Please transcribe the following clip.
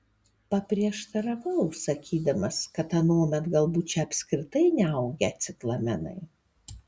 paprieštaravau sakydamas kad anuomet galbūt čia apskritai neaugę ciklamenai